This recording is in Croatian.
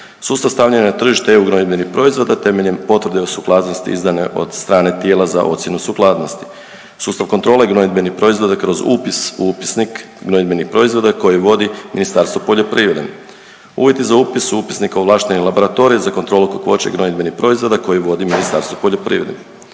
Sustav stavljanja na tržište EU gnojidbenih proizvoda temeljem potvrde o suglasnosti izdane od suglasnosti od strane tijela za ocjenu sukladnosti. Sustav kontrole gnojidbenih proizvoda kroz upis u upisnik gnojidbenih proizvoda koji vodi Ministarstvo poljoprivrede. Uvjeti za upis u upisnik ovlaštenih laboratorija za kontrolu kakvoće gnojidbenih proizvoda koji vodi Ministarstvo poljoprivrede.